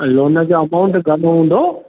loan जो amount घणो हूंदो